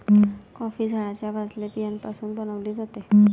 coffee झाडाच्या भाजलेल्या बियाण्यापासून बनविली जाते